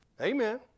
Amen